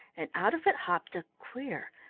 and out of it hopped a queer,